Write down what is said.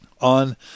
on